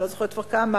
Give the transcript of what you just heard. אני לא זוכרת כבר כמה,